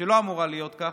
שלא אמורה להיות כך.